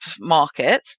market